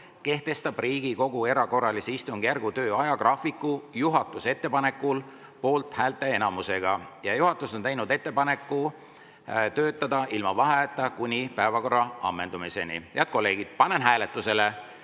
kehtestab Riigikogu erakorralise istungjärgu töö ajagraafiku juhatuse ettepanekul poolthäälte enamusega. Juhatus on teinud ettepaneku töötada ilma vaheajata kuni päevakorra ammendumiseni. Head kolleegid, panen hääletusele